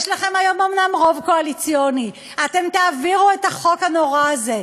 יש לכם היום אומנם רוב קואליציוני ואתם תעבירו את החוק הנורא הזה,